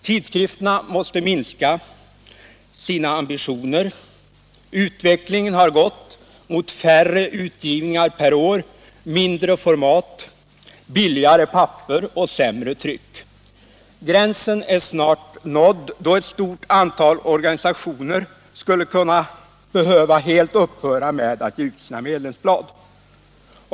Tidskrifterna måste minska sina ambitioner. Utvecklingen har gått i riktning mot färre utgivningar per år, mindre format, billigare papper och sämre tryck. Gränsen är snart nådd då ett stort antal organisationer skulle behöva helt upphöra med att utge medlemsblad.